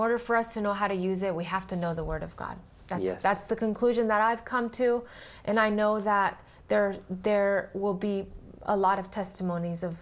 order for us to know how to use it we have to know the word of god that's the conclusion that i've come to and i know that there are there will be a lot of testimonies of